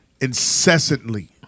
incessantly